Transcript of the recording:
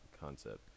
concept